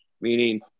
Meaning